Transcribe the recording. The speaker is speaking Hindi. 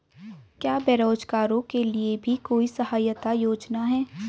क्या बेरोजगारों के लिए भी कोई सहायता योजना है?